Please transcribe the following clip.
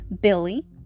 Billy